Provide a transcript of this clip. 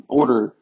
order